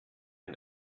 ein